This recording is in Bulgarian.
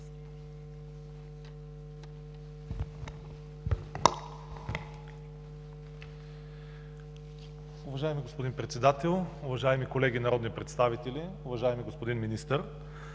Уважаеми господин Председател, уважаеми колеги народни представители! Уважаеми господин Министър,